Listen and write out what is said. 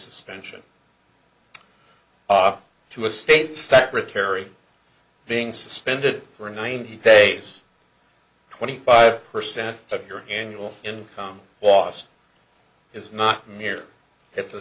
cases pension up to a state secretary being suspended for ninety days twenty five percent of your annual income loss is not here it's a